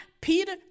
Peter